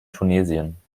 tunesien